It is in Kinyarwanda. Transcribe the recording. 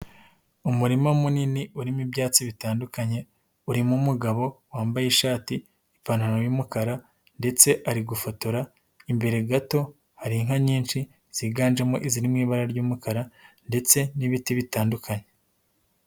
Umurima munini urimo ibyatsi bitandukanye, urimo umugabo wambaye ishati, ipantaro y'umukara ndetse ari gufotora, imbere gato hari inka nyinshi ziganjemo iziri mu ibara ry'umukara ndetse n'ibiti bitandukanye.